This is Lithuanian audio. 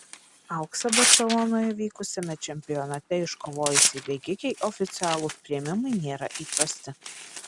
auksą barselonoje vykusiame čempionate iškovojusiai bėgikei oficialūs priėmimai nėra įprasti